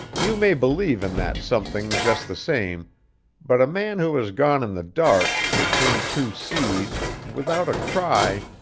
you may believe in that something just the same but a man who has gone in the dark, between two seas, without a cry,